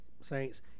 saints